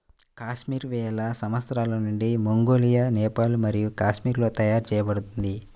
కాశ్మీర్ వేల సంవత్సరాల నుండి మంగోలియా, నేపాల్ మరియు కాశ్మీర్లలో తయారు చేయబడింది